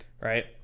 right